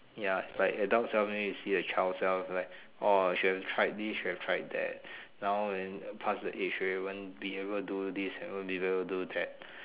ya its like adult self maybe you see the child self like orh should have tried this should have tried that now then pass the age already won't be able to do this won't be able to do that